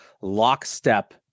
lockstep